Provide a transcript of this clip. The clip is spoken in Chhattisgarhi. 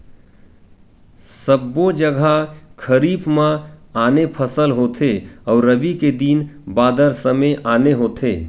सबो जघा खरीफ म आने फसल होथे अउ रबी के दिन बादर समे आने होथे